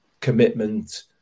commitment